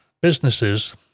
businesses